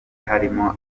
harimo